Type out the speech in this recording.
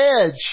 edge